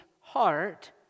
heart